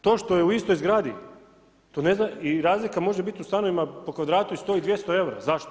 To što je u istoj zgradi i razlika može bit u stanovima po kvadratu i 100 i 200 eura, zašto?